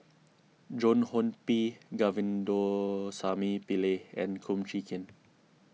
Joan Hon P Govindasamy Pillai and Kum Chee Kin